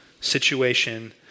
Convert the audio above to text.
situation